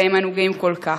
שבהם אנו גאים כל כך,